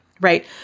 right